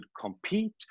compete